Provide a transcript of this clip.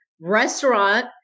restaurant